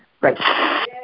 Right